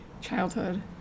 Childhood